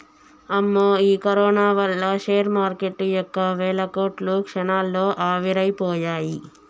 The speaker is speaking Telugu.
అమ్మో ఈ కరోనా వల్ల షేర్ మార్కెటు యొక్క వేల కోట్లు క్షణాల్లో ఆవిరైపోయాయి